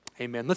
amen